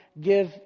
give